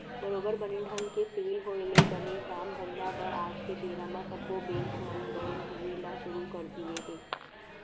बरोबर बने ढंग के सिविल होय ले बने काम धंधा बर आज के बेरा म सब्बो बेंक मन लोन दिये ल सुरू कर दिये हें